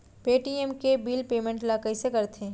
Paytm के bill payment ल कइसे करथे?